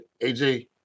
AJ